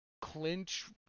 clinch